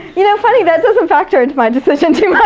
you know, funny, that doesn't factor into my decision too much.